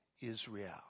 Israel